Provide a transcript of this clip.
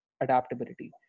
adaptability